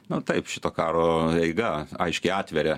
na taip šito karo eiga aiškiai atveria